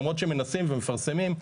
למרות שמנסים ומפרסמים.